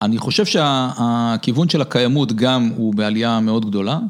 אני חושב שהכיוון של הקיימות גם הוא בעלייה מאוד גדולה.